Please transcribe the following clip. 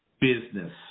business